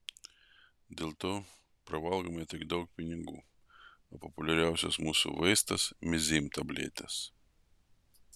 dėl to pravalgome tiek daug pinigų o populiariausias mūsų vaistas mezym tabletės